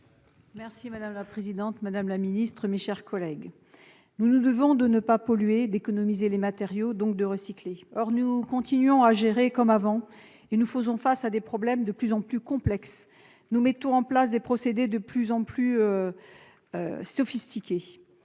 Mme Angèle Préville, pour explication de vote. Nous nous devons de ne pas polluer et d'économiser les matériaux, donc de recycler. Or nous continuons à gérer comme avant, et nous faisons face à des problèmes de plus en plus complexes. Nous mettons en place des procédés toujours plus sophistiqués.